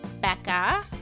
Becca